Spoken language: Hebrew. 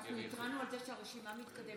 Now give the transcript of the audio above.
ואנחנו התרענו על זה שהרשימה מתקדמת מהר.